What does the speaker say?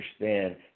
understand